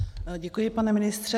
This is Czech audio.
Děkuji, pane ministře.